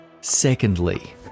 Secondly